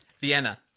Vienna